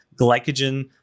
glycogen